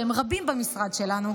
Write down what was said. שהם רבים במשרד שלנו,